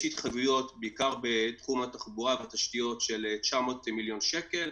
יש התחייבויות בעיקר בתחום התחבורה והתשתיות של 900 מיליון שקל.